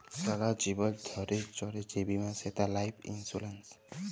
সারা জীবল ধ্যইরে চলে যে বীমা সেট লাইফ ইলসুরেল্স